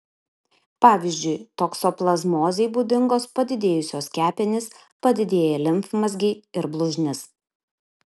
pavyzdžiui toksoplazmozei būdingos padidėjusios kepenys padidėję limfmazgiai ir blužnis